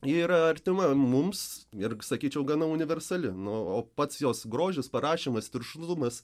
ji yra artima mums ir sakyčiau gana universali na o pats jos grožis parašymas viršlumas